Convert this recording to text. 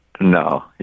No